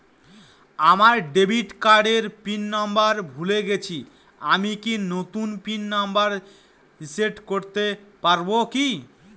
আমার ডেবিট কার্ডের PIN number ভুলে গেছি আমি নূতন পিন নম্বর রিসেট করতে পারবো কি?